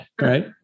Right